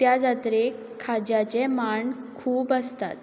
त्या जात्रेक खाज्याचे मांड खूब आसतात